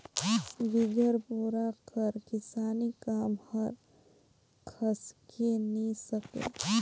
बिगर बोरा कर किसानी काम हर खसके नी सके